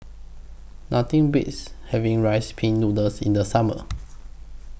Nothing Beats having Rice Pin Noodles in The Summer